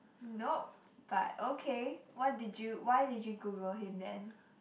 nope but okay what did you why did you Google him then